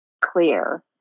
clear